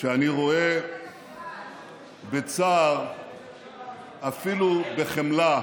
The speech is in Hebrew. שאני רואה בצער, אפילו בחמלה,